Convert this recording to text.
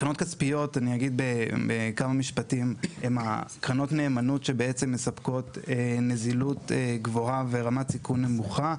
קרנות כספיות הן קרנות נאמנות שמספקות נזילות גבוהה ורמת סיכון נמוכה.